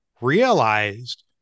realized